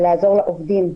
של לעזור לעובדים.